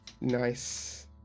Nice